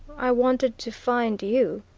i wanted to find you,